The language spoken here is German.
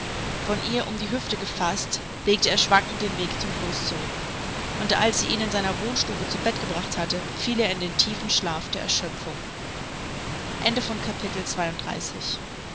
von ihr um die hüfte gefaßt legte er schwankend den weg zum floß zurück und als sie ihn in seiner wohnstube zu bett gebracht hatte fiel er in den tiefen schlaf der erschöpfung